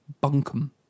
bunkum